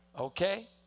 okay